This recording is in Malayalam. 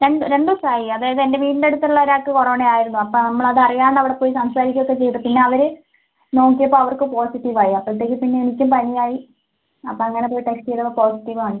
രണ്ട് രണ്ട് ദിവസായി അതായത് എൻ്റെ വീടിൻ്റെ അടുത്തുള്ള ഒരാൾക്ക് കൊറോണ ആയിരുന്നു അപ്പോൾ നമ്മൾ അതറിയാണ്ട് അവിടെ പോയി സംസാരിക്കുകയൊക്കെ ചെയ്തു പിന്നെ അവര് നോക്കിയപ്പോൾ അവർക്ക് പോസിറ്റീവായി അപ്പോളത്തേക്കും പിന്നെ എനിക്കും പനിയായി അപ്പോൾ അങ്ങനെ പോയി ടെസ്റ്റ് ചെയ്തപ്പോൾ പോസിറ്റീവാണ്